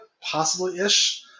possibly-ish